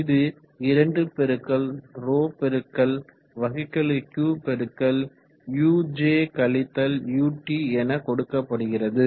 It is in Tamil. இது 2ρ Q dot என கொடுக்கப்படுகிறது